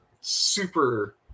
super